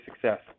success